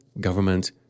Government